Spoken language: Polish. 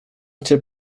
cię